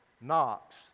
Knox